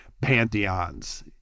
pantheons